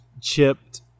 chipped